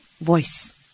voice